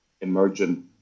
emergent